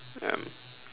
um